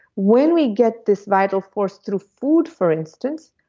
when we get this vital force through food, for instance,